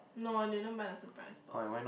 no I didn't buy the surprise box